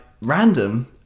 random